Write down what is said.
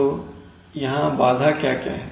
तो यहां बाधा क्या है